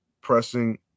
pressing